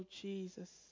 jesus